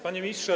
Panie Ministrze!